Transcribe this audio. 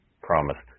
promised